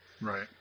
Right